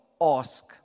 ask